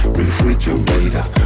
refrigerator